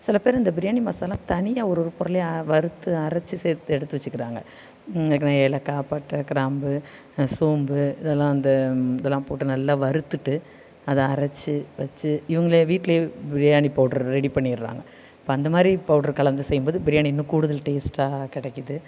சில பேர் இந்த பிரியாணி மசாலா தனியாக ஒரு ஒரு பொருளையும் வறுத்து அரைச்சி சேர்த்து எடுத்து வச்சுக்கிறாங்க ஏலக்காய் பட்டை கிராம்பு சோம்பு இதல்லாம் இந்த இதல்லாம் போட்டு நல்ல வறுத்துட்டு அதை அரைத்து வச்சு இவங்களே வீட்டில் பிரியாணி பவுட்ரு ரெடி பண்ணிடுறாங்க இப்போ அந்த மாதிரி பவுட்ரு கலந்து செய்யும் போது பிரியாணி இன்னும் கூடுதல் டேஸ்ட்டாக கிடைக்கிது